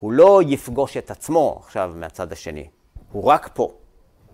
‫הוא לא יפגוש את עצמו ‫עכשיו מהצד השני, הוא רק פה.